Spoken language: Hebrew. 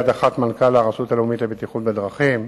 חברות ממשלתיות לעשות שימוש בחומרים